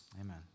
Amen